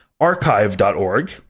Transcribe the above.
archive.org